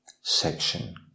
section